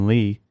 Lee